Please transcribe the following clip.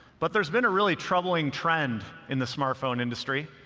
but there's been a really troubling trend in the smartphone industry.